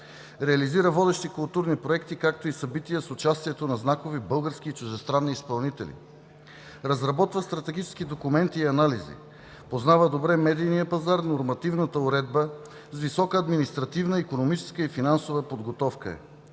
реализира водещи културни проекти, както и събития с участието на знакови български и чуждестранни изпълнители, разработва стратегически документи и анализи, познава добре медийния пазар, нормативната уредба, с висока административна икономическа и финансова подготовка е.